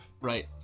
Right